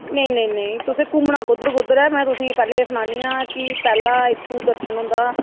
नेईं नेईं नेईं तुसें घूमना कुद्धर कुद्धर ऐ में तुसेगी पैह्लें एह् सनानियां कि पैह्ला इत्थुं दर्शन होंदा